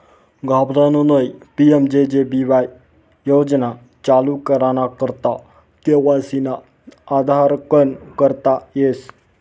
घाबरानं नयी PMJJ BY योजना चालू कराना करता के.वाय.सी ना आधारकन करता येस